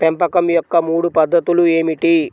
పెంపకం యొక్క మూడు పద్ధతులు ఏమిటీ?